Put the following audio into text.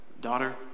daughter